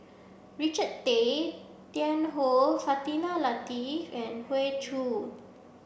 Richard Tay Tian Hoe Fatimah Lateef and Hoey Choo